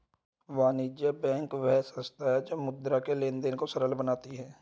वाणिज्य बैंक वह संस्था है जो मुद्रा के लेंन देंन को सरल बनाती है